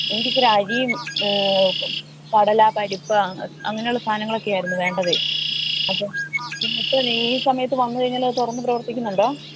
എനിക്ക് ഇത്തിരി അരിയും കടല പരിപ്പ് അ അങ്ങനെയുള്ള സാധനങ്ങളൊക്കെ ആയിരുന്നു വേണ്ടതെ അപ്പം പിന്നെ ഇപ്പം എന്നാ ഈ സമയത്ത് വന്ന് കഴിഞ്ഞാൽ അത് തുറന്ന് പ്രവർത്തിക്കുന്നുണ്ടോ